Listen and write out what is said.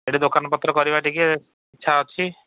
ଏଠି ଦୋକାନ ପତ୍ର କରିବା ଟିକେ ଇଚ୍ଛା ଅଛି